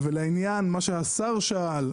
ולעניין מה שהשר שאל,